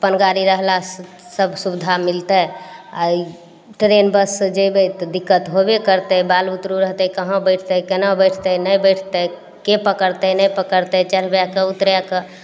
अपन गाड़ी रहलासँ सब सुविधा मिलतय आ ई ट्रेन बससँ जइबय तऽ दिक्कत होबे करतय बाल बुतरू रहतय कहाँ बैठतय केना बैठतय नहि बैठतयके पकड़तय नहि पकड़तय चढ़बयके उतरयक